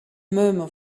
murmur